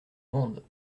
mende